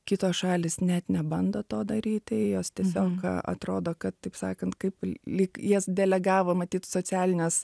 kitos šalys net nebando to daryti jos tiesiog atrodo kad taip sakant kaip lyg jas delegavo matyt socialinės